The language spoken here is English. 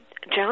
John